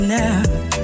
now